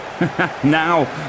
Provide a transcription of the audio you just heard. Now